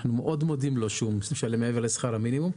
אנחנו מאוד מודים לו שהוא משלם מעבר לשכר המינימום,